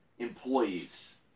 employees